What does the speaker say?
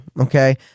okay